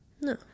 No